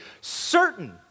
certain